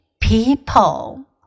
people